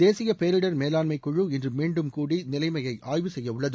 தேசிய பேரிடர் மேலாண்மைக்குழு இன்று மீண்டும் கூடி நிலைமையை ஆய்வுசெய்ய உள்ளது